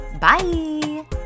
bye